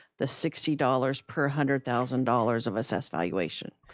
the sixty dollars per hundred thousand dollars of assessed valuation.